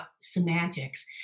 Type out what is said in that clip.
semantics